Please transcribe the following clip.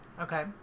Okay